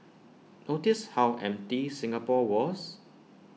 notice how empty Singapore was